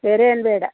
ಬೇರೆ ಏನೂ ಬೇಡ